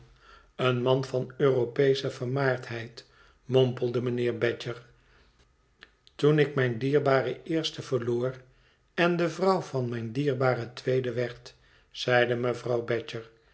een man van europeesche vermaardheid mompelde mijnheer badger toen ik mijn dierbaren eersten verloor en de vrouw van mijn dierbaren tweeden werd zeide mevrouw badger